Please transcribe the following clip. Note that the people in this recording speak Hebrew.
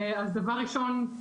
דבר ראשון,